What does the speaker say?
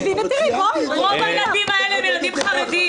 כשמציגים את הדברים,